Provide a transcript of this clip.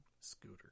Scooter